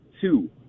two